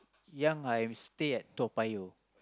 young I stay at Toa-Payoh